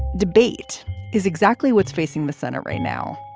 debate is exactly what's facing the senate right now.